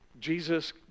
Jesus